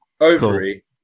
ovary